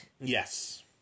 Yes